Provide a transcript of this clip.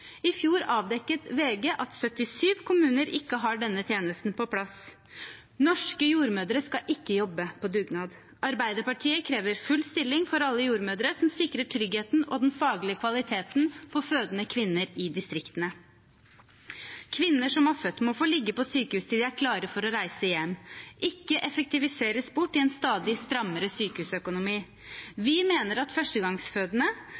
I fjor avdekket VG at 77 kommuner ikke har denne tjenesten på plass. Norske jordmødre skal ikke jobbe på dugnad. Arbeiderpartiet krever full stilling for alle jordmødre, som sikrer tryggheten og den faglige kvaliteten for fødende kvinner i distriktene. Kvinner som har født, må få ligge på sykehus til de er klare for å reise hjem – ikke effektiviseres bort i en stadig strammere sykehusøkonomi.